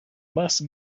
must